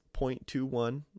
0.21